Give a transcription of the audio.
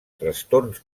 trastorns